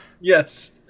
Yes